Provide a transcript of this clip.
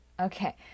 okay